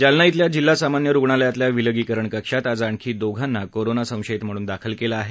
जालना इथल्या जिल्हा सामान्य रुणालयातल्या विलगीकरण कक्षात आज आणखी दोघांना कोरोना संशयित म्हणून दाखल केलं आहे